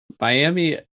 Miami